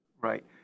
Right